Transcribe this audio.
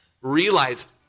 Realized